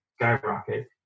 skyrocket